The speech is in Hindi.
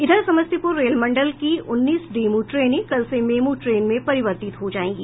इधर समस्तीपुर रेल मंडल की उन्नीस डेमू ट्रेने कल से मेमू ट्रेन में परिवर्तित हो जायेगी